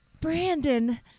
Brandon